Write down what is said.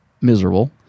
miserable